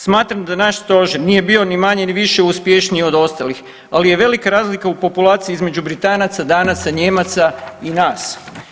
Smatram da naš stožer nije bio ni manje ni više uspješniji od ostalih ali je velika razlika u populaciji između Britanaca, Danaca, Nijemaca i nas.